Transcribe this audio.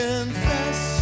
confess